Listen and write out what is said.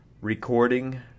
recording